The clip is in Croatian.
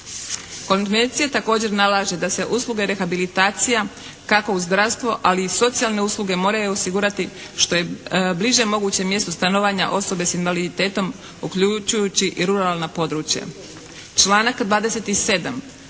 Konvencija također nalaže da se usluge rehabilitacija kako u zdravstvo, ali i socijalne usluge moraju osigurati što je bliže moguće mjestu stanovanja osobe s invaliditetom uključujući i ruralna područja. Članak 27.